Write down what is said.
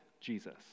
Jesus